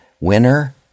Winner